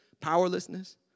powerlessness